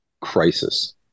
crisis